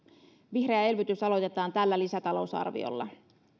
vihreä elvytys aloitetaan tällä lisätalousarviolla